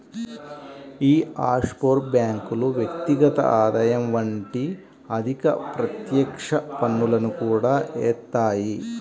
యీ ఆఫ్షోర్ బ్యేంకులు వ్యక్తిగత ఆదాయం వంటి అధిక ప్రత్యక్ష పన్నులను కూడా యేత్తాయి